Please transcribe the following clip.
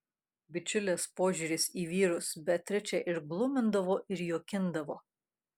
bičiulės požiūris į vyrus beatričę ir glumindavo ir juokindavo